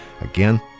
Again